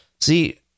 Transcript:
See